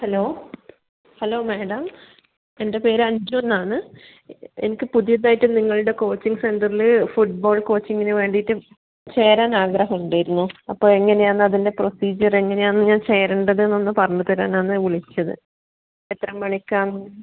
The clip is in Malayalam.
ഹലോ ഹലോ മാഡം എൻ്റെ പേര് അഞ്ചൂ എന്നാണ് എനിക്ക് പുതിയത് ആയിട്ട് നിങ്ങളുടെ കോച്ചിംഗ് സെൻ്ററില് ഫുട്ബോൾ കോച്ചിംഗിന് വേണ്ടീട്ട് ചേരാൻ ആഗ്രഹം ഉണ്ടായിരുന്നു അപ്പോൾ എങ്ങനെയാണ് അതിൻ്റെ പ്രൊസീജിയർ എങ്ങനെയാണ് ഞാൻ ചേരണ്ടതെന്ന് ഒന്ന് പറഞ്ഞ് തരാനാണ് വിളിച്ചത് എത്ര മണിക്കാണ്